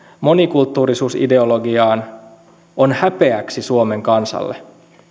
monikulttuurisuusideologiaan on häpeäksi suomen kansalle